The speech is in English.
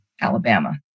Alabama